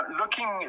looking